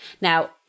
now